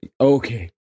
Okay